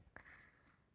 I ya ya ya